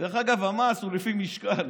המס הוא לפי משקל.